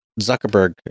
Zuckerberg